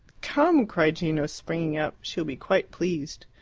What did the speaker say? come! cried gino, springing up. she will be quite pleased.